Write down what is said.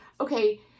okay